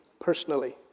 personally